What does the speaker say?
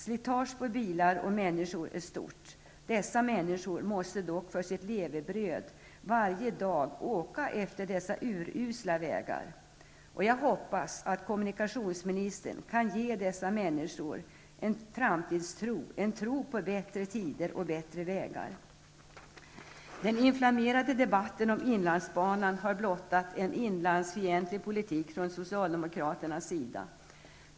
Slitaget på bilar och människor är stort. Dessa människor måste dock för sitt levebröd varje dag åka på dessa urusla vägar. Jag hoppas att kommunikationsministern kan ge dessa människor en tro på bättre tider och bättre vägar. Den inflammerade debatten om inlandsbanan har blottat en inlandsfientlig politik från socialdemokraternas sida.